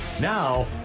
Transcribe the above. Now